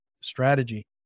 strategy